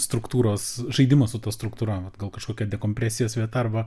struktūros žaidimas su ta struktūra vat gal kažkokia dekompresijos vieta arba